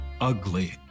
ugly